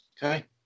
Okay